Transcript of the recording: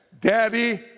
Daddy